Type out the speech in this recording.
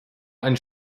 ein